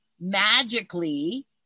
magically